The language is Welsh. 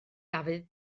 dafydd